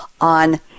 on